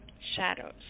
Shadows